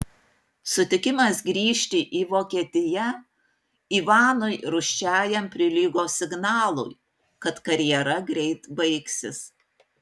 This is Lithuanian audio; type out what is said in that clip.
sutikimas grįžti į vokietiją ivanui rūsčiajam prilygo signalui kad karjera greit baigsis